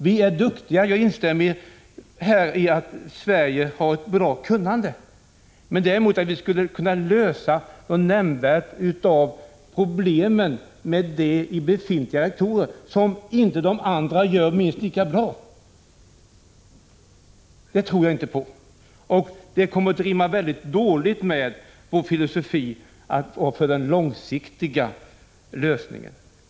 Vi är duktiga — jag instämmer i att vi här i Sverige har ett bra kunnande, men däremot tror jag inte att vi kan lösa problemen i befintliga reaktorer på ett sätt som man inte i andra länder gör minst lika bra. Det skulle rimma väldigt dåligt med vår filosofi för den långsiktiga lösningen.